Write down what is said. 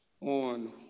on